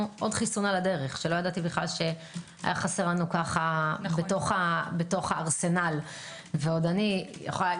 עוד חיסון על הדרך שלא ידעתי שחסר לנו בכלל בארסנל ואני מהמקפידות